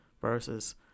versus